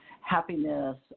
happiness